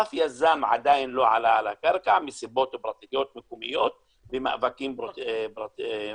אף יזם עדיין לא עלה על הקרקע מסיבות פרטיות מקומיות ומאבקים מקומיים.